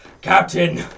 Captain